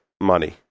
money